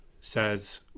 says